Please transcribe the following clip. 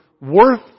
worth